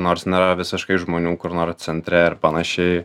nors nėra visiškai žmonių kur nors centre ir panašiai